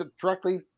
directly